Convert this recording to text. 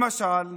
למשל,